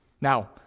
Now